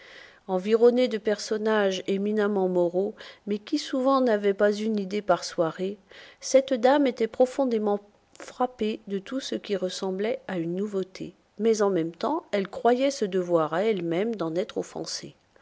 environnée de personnages éminemment moraux mais qui souvent n'avaient pas une idée par soirée cette dame était profondément frappée de tout ce qui ressemblait à une nouveauté mais en même temps elle croyait se devoir à elle-même d'en être offensée